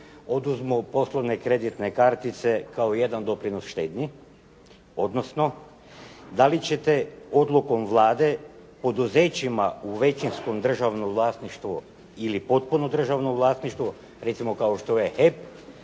oduzmu poslovne kreditne kartice kao jedan doprinos štednji, odnosno dali ćete odlukom Vlade poduzećima u većinskom državnom vlasništvu ili potpunom državnom vlasništvu, recimo kao što je HEP